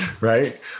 right